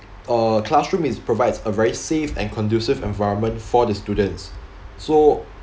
uh classroom is provides a very safe and conducive environment for the students so